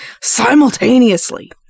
simultaneously